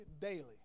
daily